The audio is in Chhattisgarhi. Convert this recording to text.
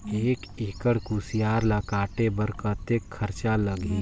एक एकड़ कुसियार ल काटे बर कतेक खरचा लगही?